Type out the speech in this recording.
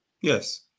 Yes